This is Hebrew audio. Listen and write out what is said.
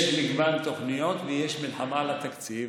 יש מגוון תוכניות ויש מלחמה על התקציב.